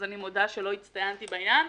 אז אני מודה שלא הצטיינתי בעניין.